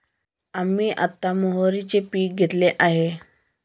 आम्ही आता मोहरीचे पीक घेतले आहे